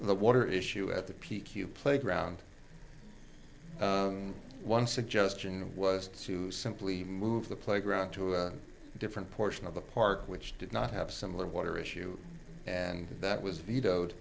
the water issue at the peak you playground one suggestion was to simply move the playground to a different portion of the park which did not have similar water issue and that was vetoed